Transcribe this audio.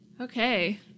Okay